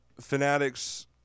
fanatics